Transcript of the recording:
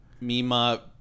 mima